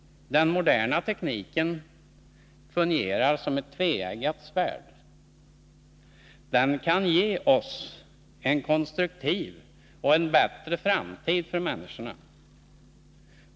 Den moderna tekniken fungerar som ett tveeggat svärd. Den kan ge oss en konstruktiv och bättre framtid för människorna.